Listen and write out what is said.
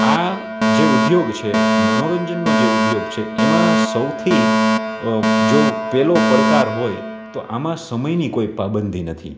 આ જે ઉદ્યોગ છે મનોરંજનનો જે ઉદ્યોગ છે એમાં સૌથી જો પહેલો પડકાર હોય તો આમાં સમયની કોઈ પાબંદી નથી